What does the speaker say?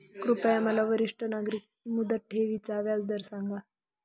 कृपया मला वरिष्ठ नागरिक मुदत ठेवी चा व्याजदर सांगा